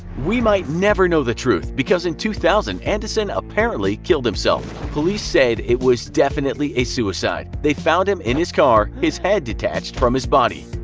we might never know the truth, because in two thousand andanson apparently killed himself. police said it was definitely suicide. they found him in his car, his head detached from his body.